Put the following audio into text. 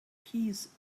piece